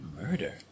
murder